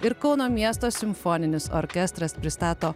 ir kauno miesto simfoninis orkestras pristato